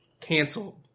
canceled